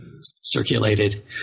circulated